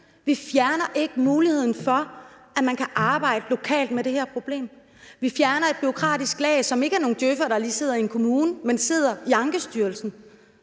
Vi fjerner ikke muligheden for, at man kan arbejde lokalt med det her problem. Vi fjerner et bureaukratisk lag, som ikke er nogen djøf'ere, der lige sidder i en kommune, men nogle, der sidder i Ankestyrelsen,